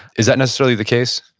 is that necessarily the case?